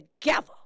together